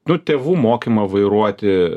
tu tėvų mokymą vairuoti